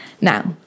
Now